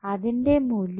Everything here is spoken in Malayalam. അതിൻറെ മൂല്യം